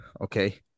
okay